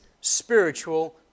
spiritual